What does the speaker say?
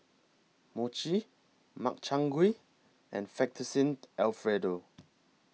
Mochi Makchang Gui and Fettuccine Alfredo